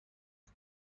ذهن